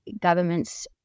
governments